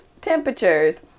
temperatures